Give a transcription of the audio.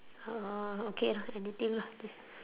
uh okay lah anything lah